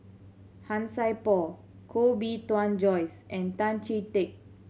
Han Sai Por Koh Bee Tuan Joyce and Tan Chee Teck